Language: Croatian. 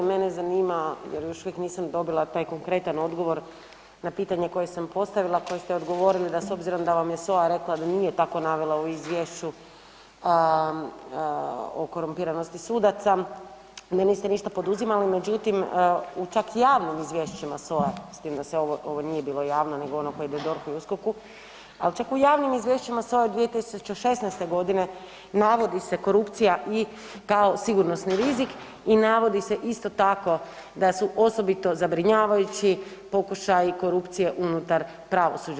Mene zanima jer još uvijek nisam dobila taj konkretan odgovor na pitanje koje sam postavila, na koje ste odgovorili da s obzirom da vam je SOA rekla da nije tako navela u izvješću o korumpiranosti sudaca, ne niste ništa poduzimali međutim u čak javnim izvješćima SOA s tim ovo nije bilo javno nego ono koje ide DORH-u i USKOK-u, al čak u javnim izvješćima SOA-e 2016. godine navodi se korupcija i kao sigurnosni rizik i navodi se isto tako da su osobito zabrinjavajući pokušaji korupcije unutar pravosuđa.